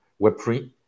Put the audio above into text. Web3